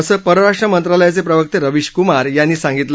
असं परराष्ट्र मंत्रालयाचे प्रवक्ते रवीश क्मार यांनी सांगितलं